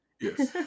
Yes